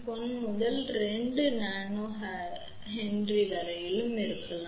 1 முதல் 2 nH வரையிலும் இருக்கலாம்